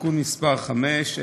(תיקון מס' 5),